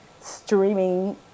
streaming